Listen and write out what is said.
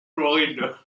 floride